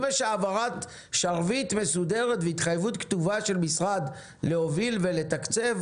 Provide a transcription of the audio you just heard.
אם יש העברת שרביט מסודרת והתחייבות כתובה של משרד להוביל ולתקצב,